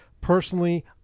Personally